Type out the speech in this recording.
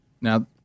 Now